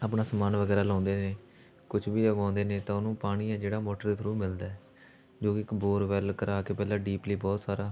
ਆਪਣਾ ਸਮਾਨ ਵਗੈਰਾ ਲਾਉਂਦੇ ਨੇ ਕੁਛ ਵੀ ਉਗਾਉਂਦੇ ਨੇ ਤਾਂ ਉਹਨੂੰ ਪਾਣੀ ਹੈ ਜਿਹੜਾ ਮੋਟਰ ਦੇ ਥਰੂ ਮਿਲਦਾ ਜੋ ਕਿ ਇੱਕ ਬੋਰਵੈਲ ਕਰਵਾ ਕੇ ਪਹਿਲਾਂ ਡੀਪਲੀ ਬਹੁਤ ਸਾਰਾ